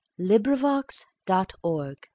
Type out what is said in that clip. LibriVox.org